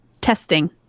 Testing